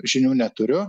žinių neturiu